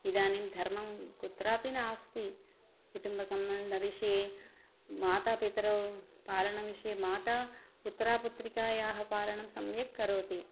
इदानीं धर्मः कुत्रापि नास्ति कुटुम्बसम्बन्धविषये मातापितरौ पालनविषये माता पुत्रं पुत्रिकायाः पालनं सम्यक् करोति